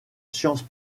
sciences